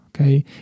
Okay